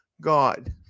God